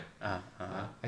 ah (uh huh)